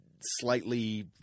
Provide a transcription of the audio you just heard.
slightly